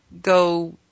go